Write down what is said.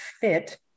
fit